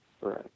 Right